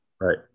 right